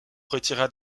retira